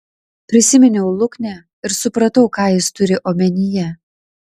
prisiminiau luknę ir supratau ką jis turi omenyje